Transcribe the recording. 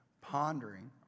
pondering